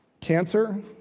cancer